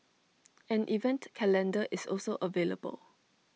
an event calendar is also available